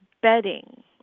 bedding